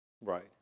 Right